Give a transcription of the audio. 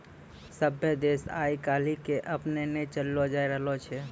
सभ्भे देश आइ काल्हि के अपनैने चललो जाय रहलो छै